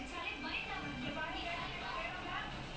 ya because you know when you are focused on speaking sometimes you can't